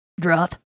Droth